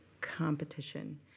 competition